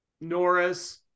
Norris